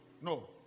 no